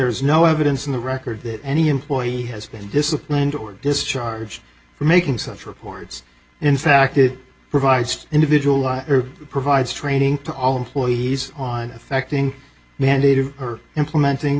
's no evidence in the record that any employee has been disciplined or discharged for making such records and in fact it provides individual provides training to all employees on affecting mandated or implementing